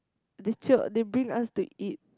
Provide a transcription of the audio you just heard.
they jio they bring us to eat